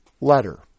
letter